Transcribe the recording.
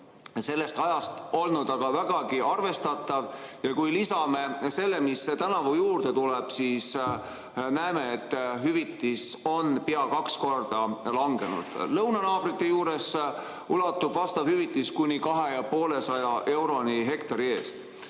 sellest ajast olnud aga vägagi arvestatav ja kui lisame selle, mis tänavu juurde tuleb, siis näeme, et hüvitis on pea kaks korda langenud. Lõunanaabrite juures ulatub vastav hüvitis kuni 250 euroni hektari eest.